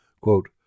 Quote